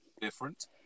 different